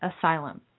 asylum